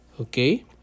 Okay